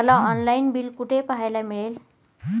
मला online bill कुठे पाहायला मिळेल?